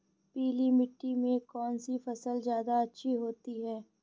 पीली मिट्टी में कौन सी फसल ज्यादा अच्छी होती है?